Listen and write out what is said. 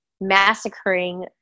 massacring